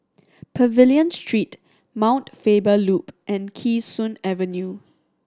Pavilion Street Mount Faber Loop and Kee Sun Avenue